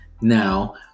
now